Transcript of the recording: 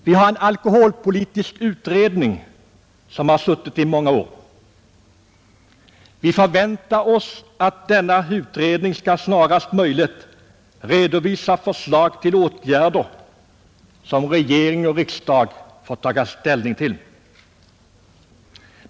Vi har en alkoholpolitisk utredning som har suttit i många år. Vi förväntar oss att denna utredning snarast möjligt redovisar förslag till åtgärder, som regering och riksdag får ta ställning till.